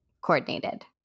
coordinated